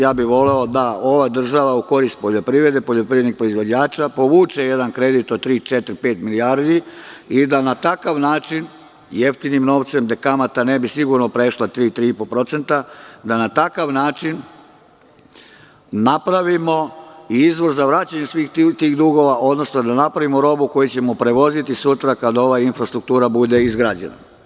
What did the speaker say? Ja bih voleo da ova država u korist poljoprivrede, poljoprivrednih proizvođača povuče jedan kredit od tri, četiri, pet milijardi i da na takav način jeftinim novcem, gde kamata ne bi sigurno prešla 3, 3,5%, da na takav način napravimo izvor za vraćanje svih tih dugova, odnosno da napravimo robu koju ćemo prevoziti sutra kada ova infrastruktura bude izgrađena.